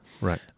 right